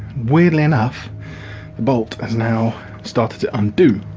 weirdly enough the bolt has now started to undo.